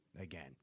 again